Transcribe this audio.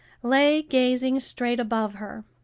lay gazing straight above her.